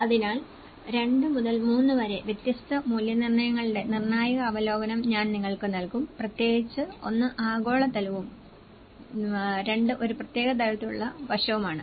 അതിനാൽ 2 മുതൽ 3 വരെ വ്യത്യസ്ത മൂല്യനിർണ്ണയങ്ങളുടെ നിർണായക അവലോകനം ഞാൻ നിങ്ങൾക്ക് നൽകും പ്രത്യേകിച്ച് ഒന്ന് ആഗോള തലവും രണ്ട് ഒരു പ്രത്യേക തലത്തിലുള്ള വശവുമാണ്